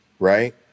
Right